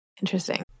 Interesting